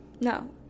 No